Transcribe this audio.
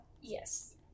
Yes